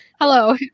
Hello